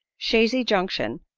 chazy junction,